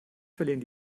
verlieren